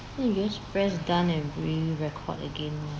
then you just press done and re-record again